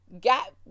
got